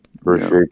Appreciate